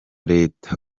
leta